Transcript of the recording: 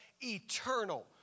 eternal